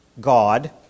God